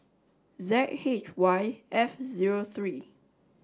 Z H Y F zero three